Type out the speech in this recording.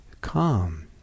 calm